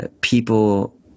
people